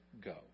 go